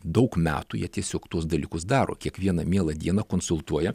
daug metų jie tiesiog tuos dalykus daro kiekvieną mielą dieną konsultuoja